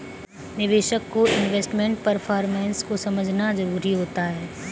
निवेशक को investment performance को समझना जरुरी होता है